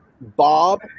Bob